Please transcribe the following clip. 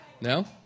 No